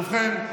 ובכן,